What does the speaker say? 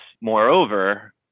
Moreover